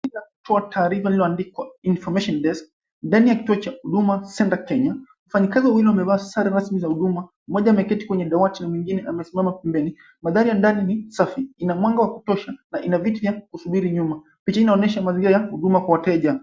La kutoa taarifa lililoandikwa Information Desk. Ndani ya kituo cha Huduma Center Kenya. Wafanyikazi wawili wamevaa sare rasmi za huduma. Mmoja ameketi kwenye dawati na mwingine amesimama pembeni. Madhari ya ndani ni safi. Ina mwanga wa kutosha na ina viti vya kusubiri nyuma. Picha inaonyesha mazingira ya huduma kwa wateja.